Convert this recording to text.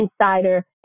Insider